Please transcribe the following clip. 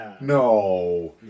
no